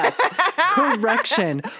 Correction